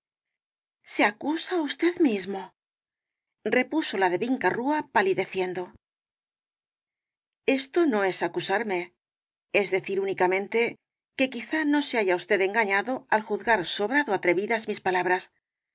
se acusa usted mismo repuso la de vincariía palideciendo esto no es acusarme es decir únicamente que quizá no se haya usted engañado al juzgar sobrado el caballero de las botas azules atrevidas mis palabras